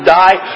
die